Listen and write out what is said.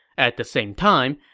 at the same time,